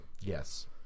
Yes